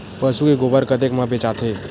पशु के गोबर कतेक म बेचाथे?